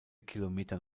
kilometer